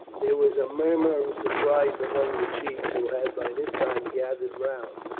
there was a murmur of surprise among the chiefs who had by this time gathered round,